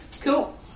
Cool